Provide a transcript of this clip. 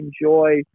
enjoy